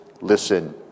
listen